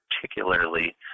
particularly